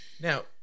Now